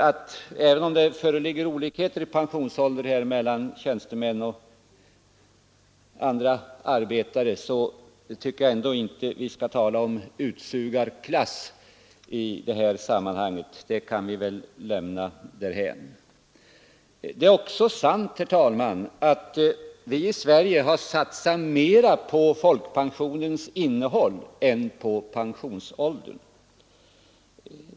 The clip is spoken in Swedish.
Men även om det föreligger olikheter i pensionsåldern mellan tjänstemän och andra arbetare tycker jag inte att vi skall tala om ”utsugarklass” i detta sammanhang — det kan vi väl lämna därhän. Det är också sant att vi i Sverige har satsat mera på folkpensionens innehåll än på pensionsåldern.